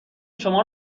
شما